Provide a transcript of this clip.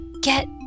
get